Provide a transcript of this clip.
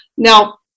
Now